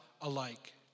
alike